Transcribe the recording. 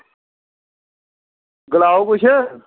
गलाओ कुछ